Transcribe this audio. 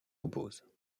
opposent